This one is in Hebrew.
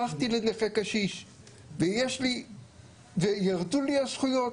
הפכתי לנכה קשיש וירדו לי הזכויות